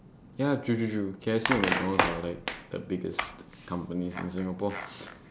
ya true true true K_F_C and mcdonald's are like the biggest companies in singapore